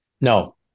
No